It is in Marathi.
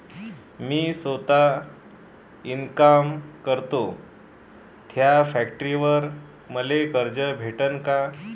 मी सौता इनकाम करतो थ्या फॅक्टरीवर मले कर्ज भेटन का?